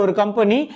company